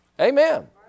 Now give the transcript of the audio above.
Amen